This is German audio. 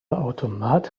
automat